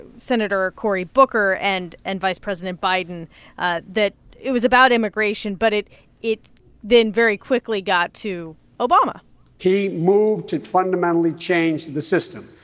senator cory booker and and vice president biden ah that it was about immigration, but it it then very quickly got to obama he moved to fundamentally change the system.